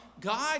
God